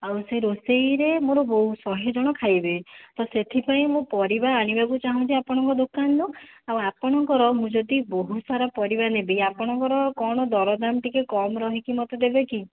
ଆଉ ସେ ରୋଷେଇରେ ମୋର ବହୁ ଶହେ ଜଣ ଖାଇବେ ତ ସେଥିପାଇଁ ମୁଁ ପରିବା ଆଣିବାକୁ ଚାହୁଁଛି ଆପଣଙ୍କ ଦୋକାନରୁ ଆଉ ଆପଣଙ୍କର ମୁଁ ଯଦି ବହୁତସାରା ପରିବା ନେବି ଆପଣଙ୍କର କ'ଣ ଦର ଦାମ୍ ଟିକିଏ କମ୍ ରହିକି ମୋତେ ଦେବେ କି